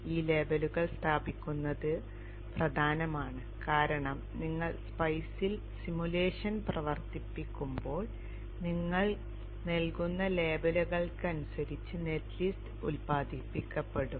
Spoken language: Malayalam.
ഈ ലേബലുകൾ സ്ഥാപിക്കുന്നത് പ്രധാനമാണ് കാരണം നിങ്ങൾ സ്പൈസിൽ സിമുലേഷൻ പ്രവർത്തിപ്പിക്കുമ്പോൾ നിങ്ങൾ നൽകുന്ന ലേബലുകൾക്കനുസരിച്ച് നെറ്റ് ലിസ്റ്റ് ഉത്പാദിപ്പിക്കപ്പെടും